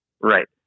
Right